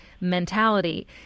mentality